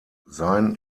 sein